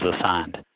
assigned